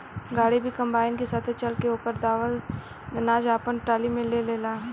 गाड़ी भी कंबाइन के साथे चल के ओकर दावल अनाज आपना टाली में ले लेला